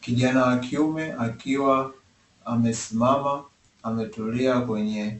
Kijana wa kiume akiwa amesimama ametulia kwenye